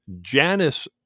Janice